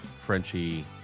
Frenchie